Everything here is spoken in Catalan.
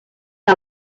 que